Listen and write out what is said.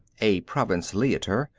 a province leiter,